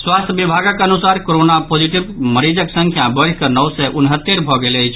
स्वास्थ्य विभागक अनुसार कोरोना पॉजिटिव मरीजक संख्या बढ़ि कऽ नओ सय उनहत्तरि भऽ गेल अछि